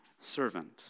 servant